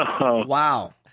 Wow